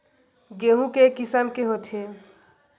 गेहूं के किसम के होथे?